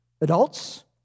Adults